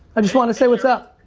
ah just wanted to say what's up.